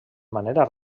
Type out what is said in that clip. manera